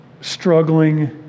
struggling